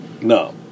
no